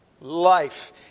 life